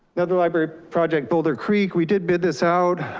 another library project, boulder creek, we did bid this out.